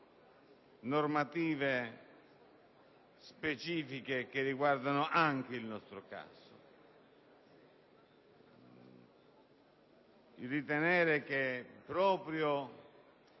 normative specifiche che riguardano anche il nostro caso, ritenendo che proprio